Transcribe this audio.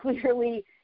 clearly